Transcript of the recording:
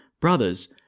Brothers